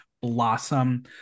blossom